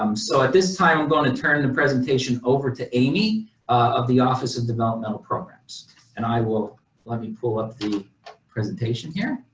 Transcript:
um so at this time i'm going to and turn and the presentation over to amy of the office of developmental programs and i will let me pull up the presentation here.